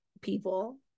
people